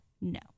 no